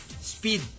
speed